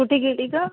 कुठे गेली गं